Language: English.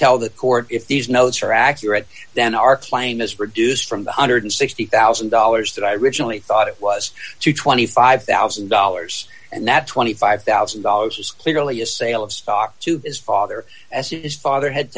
tell the court if these notes are accurate then our claim is reduced from the one hundred and sixty thousand dollars that i originally thought it was to twenty five thousand dollars and that twenty five thousand dollars was clearly a sale of stock to his father as his father had t